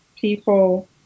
people